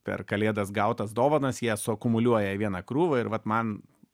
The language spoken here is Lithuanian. per kalėdas gautas dovanas jie suakumuliuoja į vieną krūvą ir vat man